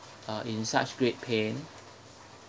uh in such great pain